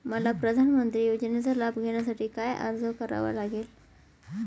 मला प्रधानमंत्री योजनेचा लाभ घेण्यासाठी काय अर्ज करावा लागेल?